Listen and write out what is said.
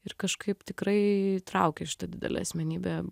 ir kažkaip tikrai traukė į šitą didelę asmenybę